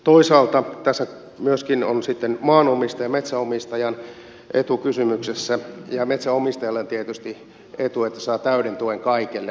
toisaalta tässä myöskin on sitten maanomistajan metsänomistajan etu kysymyksessä ja metsänomistajalle on tietysti etu että hän saa täyden tuen kaikelle puulle